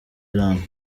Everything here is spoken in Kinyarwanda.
elan